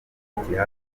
amategeko